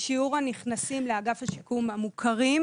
שיעור הנכנסים לאגף השיקום המוכרים,